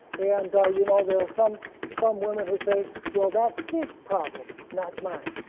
and you know there are some some women who say well that's his problem not mine.